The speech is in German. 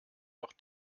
noch